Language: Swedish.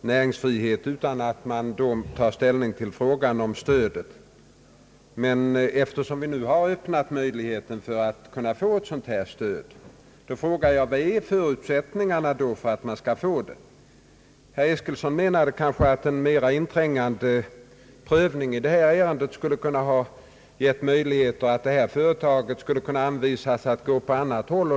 näringsfriheten utan att man tar ställning till frågan om det stöd som utgått i detta fall. Men eftersom vi har Öppnat möjligheter att få stöd, så frågar jag mig vilka förutsättningarna är för att få sådant. Herr Eskilsson menade kanske, att en mera ingående prövning av detta ärende skulle ha kunnat visa möjlighet för företaget att låna på annat håll.